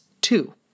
two